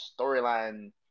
storyline